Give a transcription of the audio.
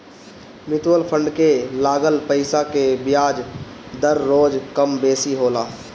mutual fund के लागल पईसा के बियाज दर रोज कम बेसी होला